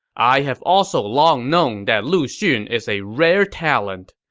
i have also long known that lu xun is a rare talent.